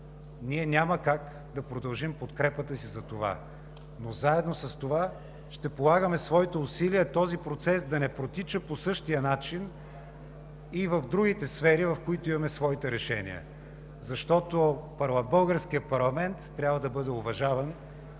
ние няма как да продължим подкрепата си за това, но заедно с това ще полагаме своите усилия този процес да не протича по същия начин и в другите сфери, в които имаме своите решения, защото българският парламент трябва да бъде уважаван